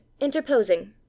interposing